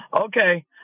Okay